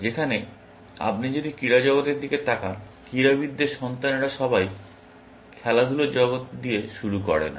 সেখানে আপনি যদি ক্রীড়া জগতের দিকে তাকান ক্রীড়াবিদদের সন্তানেরা সবাই খেলাধুলার জগত দিয়ে শুরু করে না